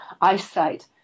eyesight